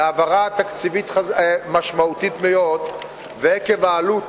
להעברה תקציבית משמעותית מאוד ועקב העלות